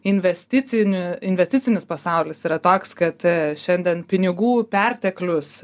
investicinių investicinis pasaulis yra toks kad šiandien pinigų perteklius